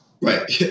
Right